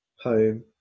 home